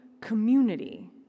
community